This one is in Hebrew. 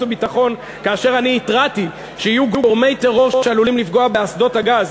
והביטחון כאשר אני התרעתי שיהיו גורמי טרור שעלולים לפגוע באסדות הגז.